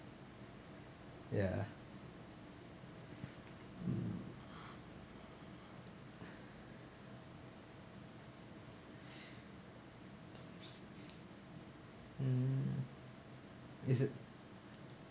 ya mm is it